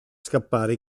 scappare